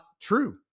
true